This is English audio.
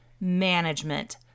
management